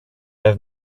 have